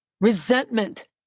resentment